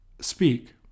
speak